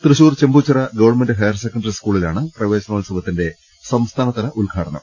Thrissur Chembuchira government higher secondary സ്കൂളിലാണ് പ്രവേശനോത്സവത്തിന്റെ സംസ്ഥാനതല ഉദ്ഘാടനം